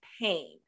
pain